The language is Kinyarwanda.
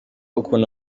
ukuntu